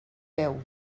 veu